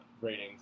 ratings